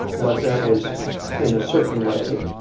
but that was in a certain way,